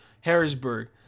Harrisburg